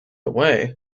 away